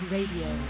Radio